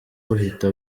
buhita